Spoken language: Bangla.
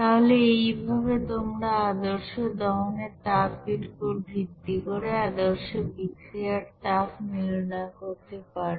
তাহলে এইভাবে তোমরা আদর্শ দহনের তাপ এর উপর ভিত্তি করে আদর্শ বিক্রিয়ার তাপ নির্ণয় করতে পারবে